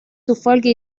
zufolge